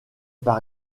par